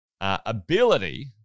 ability